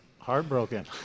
Heartbroken